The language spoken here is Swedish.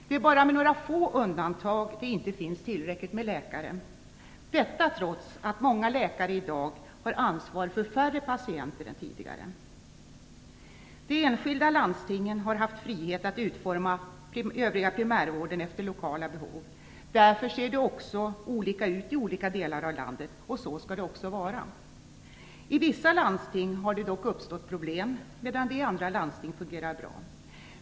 Det är bara i några få undantagsfall som det inte finns tillräckligt med läkare, detta trots att många läkare i dag har ansvar för färre patienter än tidigare. De enskilda landstingen har haft frihet att utforma den övriga primärvården efter lokala behov. Därför ser det också olika ut i olika delar av landet, och så skall det också vara. I vissa landsting har det dock uppstått problem, medan det i andra landsting fungerar bra.